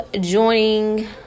joining